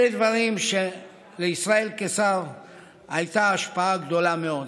אלה דברים שלישראל קיסר הייתה השפעה גדולה מאוד עליהם.